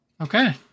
Okay